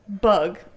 bug